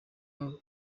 avuga